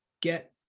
get